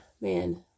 man